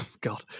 God